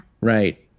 Right